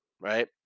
right